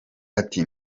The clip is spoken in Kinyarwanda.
ati